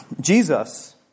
Jesus